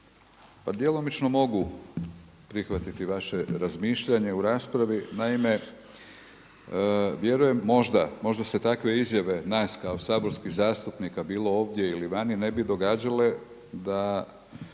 pa djelomično mogu prihvatiti vaše razmišljanje u raspravi. Naime, vjerujem, možda, možda se takve izjave nas kao saborskih zastupnika bilo ovdje ili vani ne bi događale da